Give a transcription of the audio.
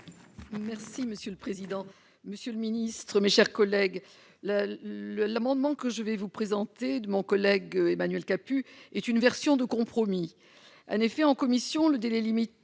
Merci monsieur le président, Monsieur le Ministre, mes chers collègues, là le l'amendement que je vais vous présenter de mon collègue Emmanuel Capus est une version de compromis, en effet, en commission, le délai limite